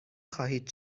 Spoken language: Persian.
خواهید